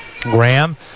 Graham